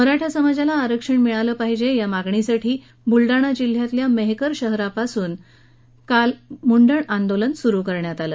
मराठा समाजाला आरक्षण मिळाले पाहिजे या मागणीसाठी बुलडाणा जिल्हयातील मेहकर शहरात कालपासून मुंडण आंदोलन सुरू करण्यात आलं